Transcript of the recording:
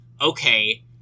okay